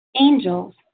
angels